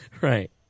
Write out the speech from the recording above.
Right